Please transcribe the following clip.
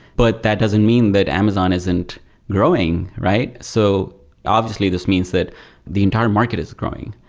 but that doesn't mean that amazon isn't growing, right? so obviously, this means that the entire market is growing.